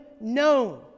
known